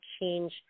change